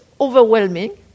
overwhelming